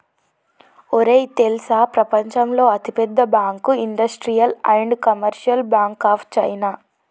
ఒరేయ్ తెల్సా ప్రపంచంలో అతి పెద్ద bank industrial and commercial bank of China